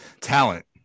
talent